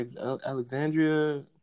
Alexandria